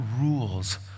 rules